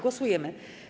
Głosujemy.